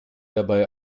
dabei